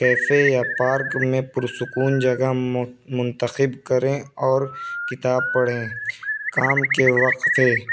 cafe یا park میں پرسکون جگہ منتخب کریں اور کتاب پڑھیں کام کے وقفے